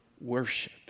worship